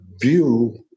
view